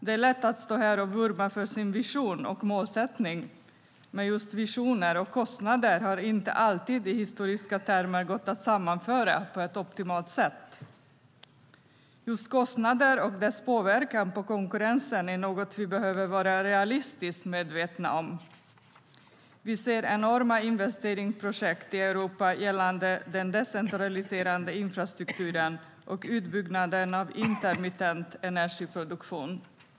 Det är lätt att stå här och vurma för sin vision och målsättning, men just visioner och kostnader har historiskt inte alltid gått att sammanföra på ett optimalt sätt. Just kostnader och dess påverkan på konkurrensen är något som vi behöver vara realistiskt medvetna om. Vi ser enorma investeringsprojekt i Europa gällande den decentraliserade infrastrukturen och utbyggnaden av intermittent energiproduktion.